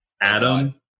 Adam